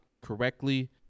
correctly